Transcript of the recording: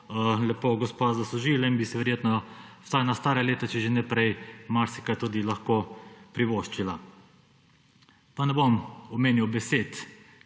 lepo gospa zaslužila in bi si verjetno vsaj na stara leta, če ne že prej, marsikaj tudi lahko privoščila. Pa ne bom omenjal besed,